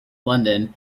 london